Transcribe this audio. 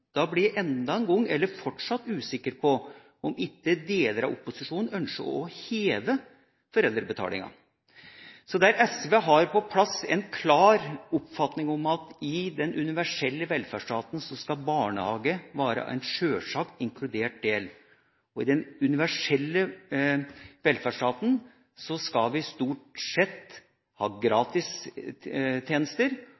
Holmenkollåsen, blir jeg fortsatt usikker på om ikke deler av opposisjonen ønsker å heve foreldrebetalinga. Så der har SV på plass en klar oppfatning om at i den universelle velferdsstaten skal barnehage være en sjølsagt inkludert del, og i den universelle velferdsstaten skal vi stort sett ha